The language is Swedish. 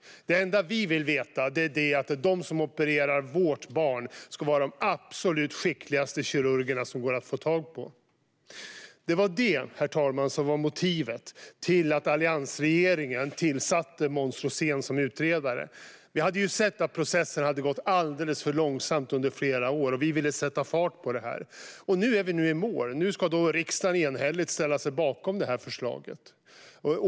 Det enda som vi vill veta är att de som opererar vårt barn är de absolut skickligaste kirurgerna som går att få tag på. Herr talman! Det var detta som var motivet till att alliansregeringen tillsatte Måns Rosén som utredare. Vi hade sett att processen hade gått alldeles för långsamt under flera år, och vi ville sätta fart på den. Nu är vi i mål, och nu ska riksdagen enhälligt ställa sig bakom detta förslag.